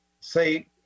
say